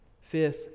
fifth